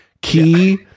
key